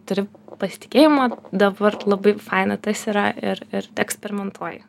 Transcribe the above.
turi pasitikėjimą dabar labai faina tas yra ir ir eksperimentuoji